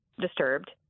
disturbed